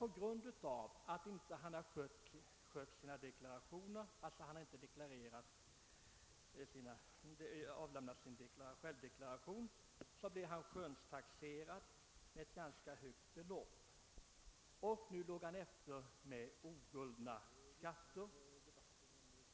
På grund av att han inte avlämnat självdeklaration hade han emellertid blivit skönstaxerad med ett ganska högt belopp och låg nu efter med oguldna skatter.